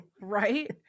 Right